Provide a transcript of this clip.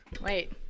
Wait